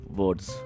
words